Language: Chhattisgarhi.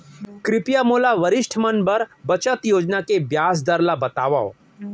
कृपया मोला वरिष्ठ मन बर बचत योजना के ब्याज दर ला बतावव